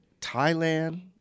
Thailand